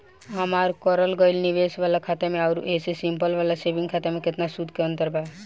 हमार करल गएल निवेश वाला खाता मे आउर ऐसे सिंपल वाला सेविंग खाता मे केतना सूद के अंतर बा?